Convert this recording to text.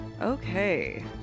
Okay